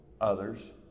others